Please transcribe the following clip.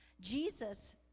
Jesus